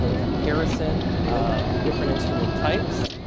ah comparison of different instrument types.